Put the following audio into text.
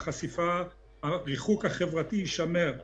וגם המפעלים שיש בקיבוצים אלה מפעלים שעובדים בהם אנשים מהקיבוץ.